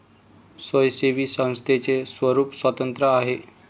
स्वयंसेवी संस्थेचे स्वरूप स्वतंत्र आहे